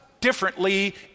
differently